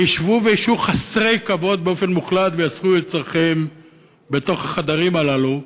וישבו חסרי כבוד באופן מוחלט ויעשו את צורכיהם בתוך החדרים הללו.